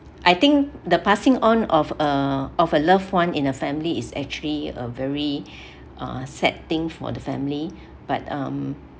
I think the passing on of uh of a loved one in a family is actually a very uh sad thing for the family but um